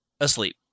asleep